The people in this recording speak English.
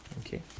Okay